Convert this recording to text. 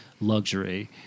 luxury